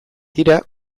dira